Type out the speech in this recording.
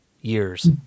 years